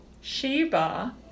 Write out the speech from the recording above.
Sheba